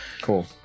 Cool